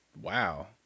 wow